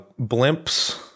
blimps